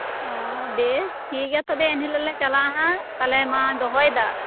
ᱚᱻ ᱵᱮᱥ ᱴᱷᱤᱠ ᱜᱮᱭᱟ ᱛᱚᱵᱮ ᱮᱱᱦᱤᱞᱳᱜ ᱞᱮ ᱪᱟᱞᱟᱜᱼᱟ ᱦᱟᱸᱜ ᱛᱟᱦᱞᱮ ᱢᱟ ᱫᱚᱦᱚᱭᱮᱫᱟ